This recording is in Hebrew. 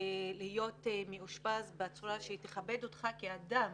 להיות מאושפז בצורה שתכבד אותך כאדם,